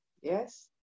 Yes